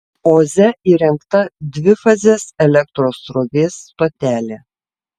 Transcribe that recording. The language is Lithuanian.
oze įrengta dvifazės elektros srovės stotelė